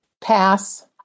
pass